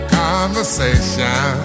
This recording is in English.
conversation